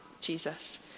Jesus